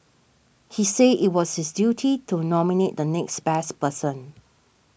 he said it was his duty to nominate the next best person